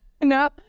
no